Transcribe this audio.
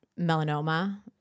melanoma